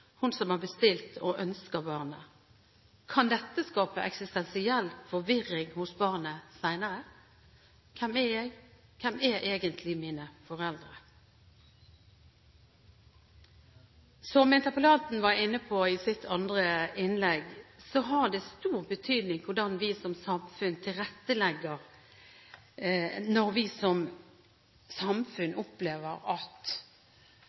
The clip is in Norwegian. hun som har bestilt og ønsker barnet. Kan dette skape eksistensiell forvirring hos barnet senere? Hvem er jeg? Hvem er egentlig mine foreldre? Som interpellanten var inne på i sitt andre innlegg, har det stor betydning hvordan vi som samfunn tilrettelegger når vi opplever at